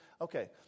Okay